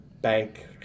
bank